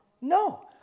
No